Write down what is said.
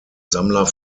sammler